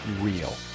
real